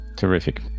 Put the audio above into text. Terrific